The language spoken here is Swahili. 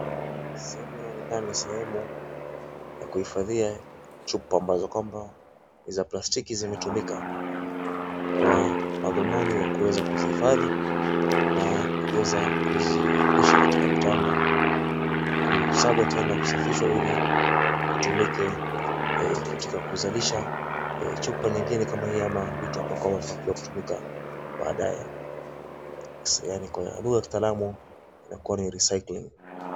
Sehemu inaonekana ni sehemu ya kuhifadhia chupa ambazo kwamba ni za plastiki zimetumika kwa madhumuni ya kuweza kuzihifadhi na kuweza kuzirudisha katika mitambo, kusagwa tena kusafishwa ili kutumika katika kuzalisha chupa nyingine kama hii ama vitu ambavyo vitakuja kutumika baadae yani kwa lugha ya kitaalamu inakua ni recycling .